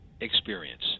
experience